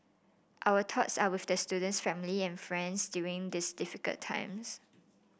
our thoughts are with the student's family and friends during this difficult times